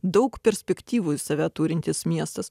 daug perspektyvų į save turintis miestas